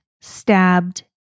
stabbed